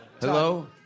Hello